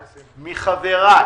מחברה,